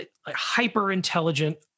hyper-intelligent